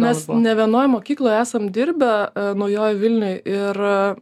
mes ne vienoj mokykloj esam dirbę naujojoj vilnioj ir